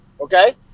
okay